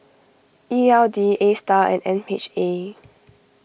E L D Astar and M H A